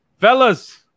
Fellas